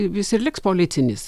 jis ir liks policinis